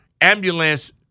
ambulance